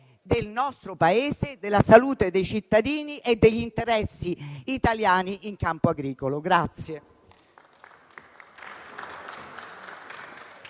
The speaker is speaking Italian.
TARICCO *(PD)*. Signor Presidente, onorevoli colleghi, credo che sia nella consapevolezza di tutti